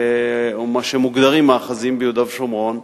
או מה שמוגדר מאחזים, ביהודה ושומרון,